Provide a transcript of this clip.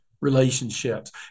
relationships